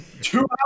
Two